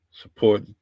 Support